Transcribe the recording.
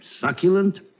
succulent